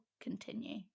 continue